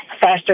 Faster